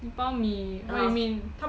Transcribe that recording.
一包米 what you mean